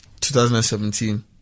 2017